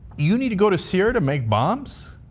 you need to go to syria to make bombs?